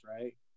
right